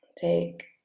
Take